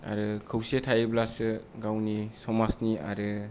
आरो खौसे थायोब्ला गावनि समाजनि आरो